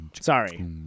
Sorry